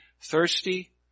thirsty